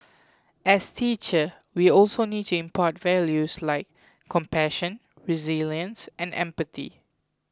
as teachers we also need to impart values like compassion resilience and empathy